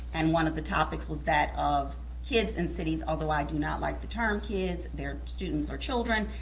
and one of the topics was that of kids and cities, although i do not like the term kids, they're students or children,